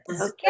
Okay